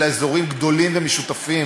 אלא אזורים גדולים ומשותפים